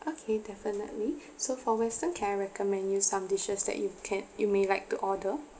okay definitely so for western can I recommend you some dishes that you can you may like to order